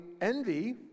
envy